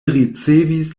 ricevis